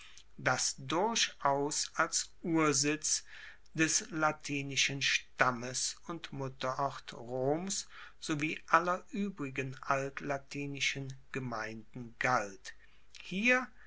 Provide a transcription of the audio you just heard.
das durchaus als ursitz des latinischen stammes und mutterort roms sowie aller uebrigen altlatinischen gemeinden galt hier